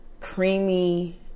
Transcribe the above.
creamy